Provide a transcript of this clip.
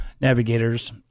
navigators